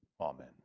Amen